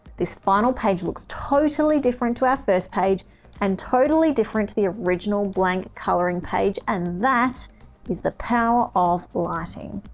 this final page looks totally different to first page and totally different to the original blank coloring page. and that is the power of lighting.